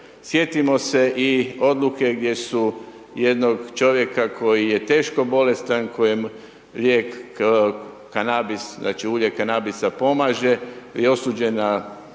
sjetimo se i odluke gdje su jednog čovjeka koji je teško bolestan, kojemu lijek kanabis, znači, ulje kanabisa pomaže, je osuđen